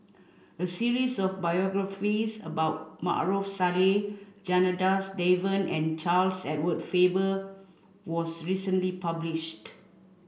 a series of biographies about Maarof Salleh Janadas Devan and Charles Edward Faber was recently published